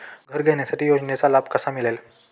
घर घेण्यासाठी योजनेचा लाभ कसा मिळेल?